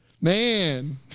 Man